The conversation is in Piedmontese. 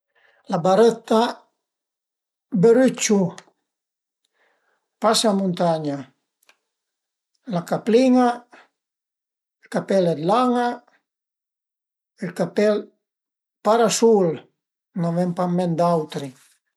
La barëtta, bërüciu, pasamuntagna, la caplin-a, ël capèl d'lan-a, ël capèl parasul, l'an ven pa ën ment d'autri